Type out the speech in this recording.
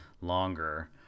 longer